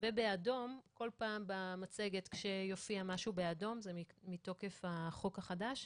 ובאדום כל פעם שיופיע משהו במצגת באדום זה מתוקף החוק החדש,